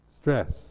stress